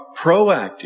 proactive